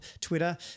Twitter